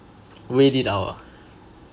wait it out ah